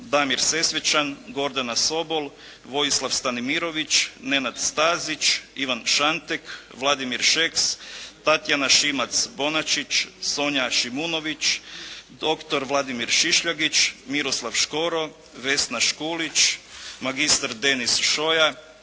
Damir Sesvečan, Gordana Sobol, Vojislav Stanimirović, Nenad Stazić, Ivan Šantek, Vladimir Šeks, Tatjana Šimac Bonačić, Sonja Šimunović, doktor Vladimir Šišljagić, Miroslav Škoro, Vesna Škulić, magistar Denis Šoja,